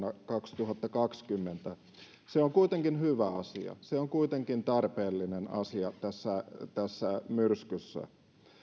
kaksituhattakaksikymmentä se on kuitenkin hyvä asia se on kuitenkin tarpeellinen asia tässä myrskyssä